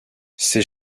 ses